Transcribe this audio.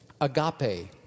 agape